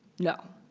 no.